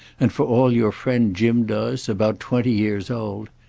and for all your friend jim does about twenty years old.